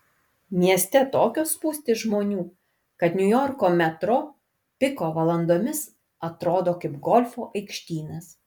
mieste tokios spūstys žmonių kad niujorko metro piko valandomis atrodo kaip golfo aikštynas